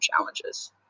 challenges